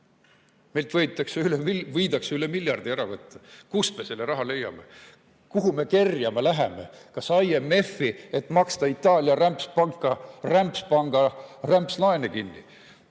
Meilt võidakse üle miljardi ära võtta. Kust me selle raha leiame? Kuhu me kerjama läheme? Kas IMF‑i, et maksta Itaalia rämpspanga rämpslaene kinni?